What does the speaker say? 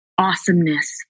awesomeness